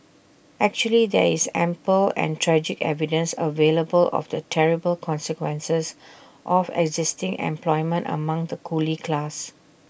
actually there is ample and tragic evidence available of the terrible consequences of existing unemployment among the coolie class